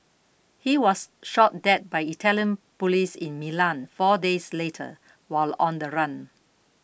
he was shot dead by Italian police in Milan four days later while on the run